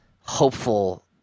hopeful